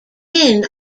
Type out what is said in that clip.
inn